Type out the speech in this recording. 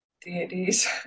deities